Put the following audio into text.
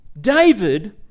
David